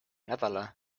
nädala